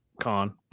con